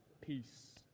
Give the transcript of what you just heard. peace